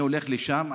כאשר אני הולך לשם,